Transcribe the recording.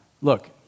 look